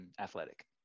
athletic